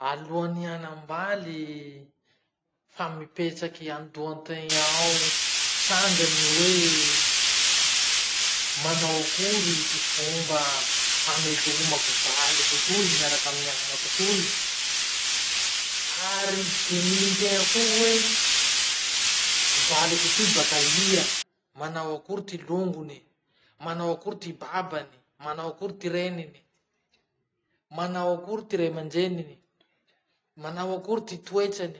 Alohan'ny hanambaly fa mipetraky andohategna ao sandrany hoe manao akory ty fomba hamelomako ty valiko toy amin'ny anako toy. Ary dinihy tegna koa hoe valiko ty baka aia? Manao akory ty longony? Manao akory ty babany? Manao akory ty reniny? Manao akory ty ray aman-dreniny? Manao akory ty toetrany?